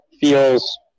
feels